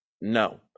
no